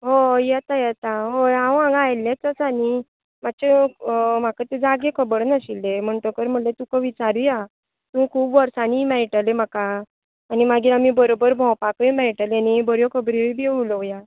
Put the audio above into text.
हय येतां येतां हय हांव हांगां आयिल्लेंच आसा नी मातशें अं म्हाका ते जागे खबर नाशिल्लें म्हणटकर म्हटलें तुका विचारूया तूं खूब वर्सांनी मेळटलें म्हाका आनी मागीर आमीं बरोबर भोंवपाकूय मेळटलें नी बऱ्यो खबऱ्योय बी उलोवया